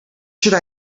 should